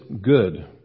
good